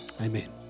Amen